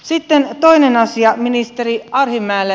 sitten toinen asia ministeri arhinmäelle